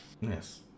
Yes